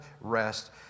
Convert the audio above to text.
rest